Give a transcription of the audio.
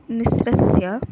मिश्रस्य